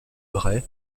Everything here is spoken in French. bray